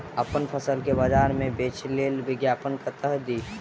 अप्पन फसल केँ बजार मे बेच लेल विज्ञापन कतह दी?